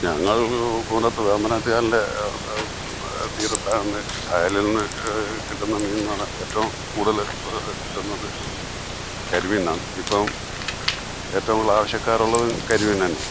ഞങ്ങൾ ഒരു കൂനത്തു വേമ്പനാട്ടു കായലിൻ്റെ തീരത്താണ് കായലിൽ നിന്ന് കിട്ടുന്ന മീനിനാണല്ലോ ഏറ്റവും കൂടുതൽ കിട്ടുന്നത് കരിമീനാണ് ഇപ്പം ഏറ്റവും കൂടുതൽ ആവിശ്യക്കാരുള്ളതും കരിമീൻ തന്നെയാണ്